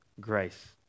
grace